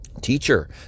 Teacher